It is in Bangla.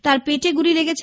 তার পেটে গুলি লেগেছে